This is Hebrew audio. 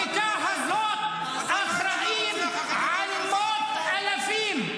הריקה הזאת, אחראים על מות אלפים.